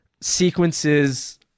sequences